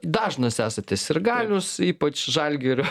dažnas esate sirgalius ypač žalgirio